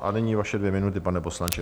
A nyní vaše dvě minuty, pane poslanče.